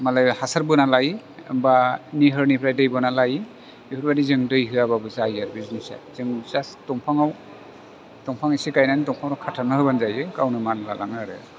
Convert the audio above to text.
मालाय हासार बोना लायो बा निहोरनिफ्राय दै बोना लायो बेफोरबायदि जों दै होयाबाबो जायो आरो बे जिनिसा जों जास्ट दंफाङाव दंफां एसे गायनानै दंफाङाव खाथाबना होबानो जायो गावनो मानला लाङो आरो